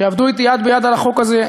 שעבדו אתי יד ביד על החוק הזה,